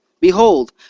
Behold